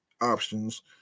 options